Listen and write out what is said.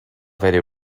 very